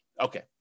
Okay